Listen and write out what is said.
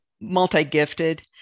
multi-gifted